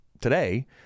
today